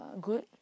good